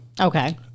Okay